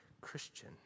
Christian